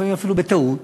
לפעמים אפילו בטעות,